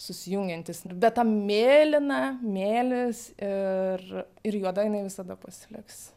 susijungiantys be ta mėlyna mėlis ir ir juoda jinai visada pasiliks